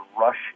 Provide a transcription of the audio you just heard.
rush